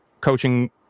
coaching